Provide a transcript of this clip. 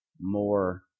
more